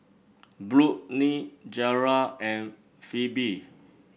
Brooklyn Gearld and Phebe